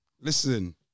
Listen